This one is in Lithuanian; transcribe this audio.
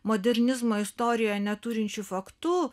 modernizmo istorijoje neturinčiu faktu